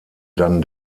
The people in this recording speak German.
dann